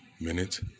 minutes